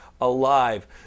alive